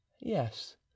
yes